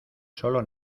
solo